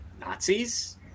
nazis